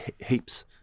Heaps